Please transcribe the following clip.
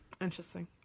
Interesting